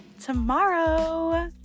tomorrow